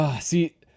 See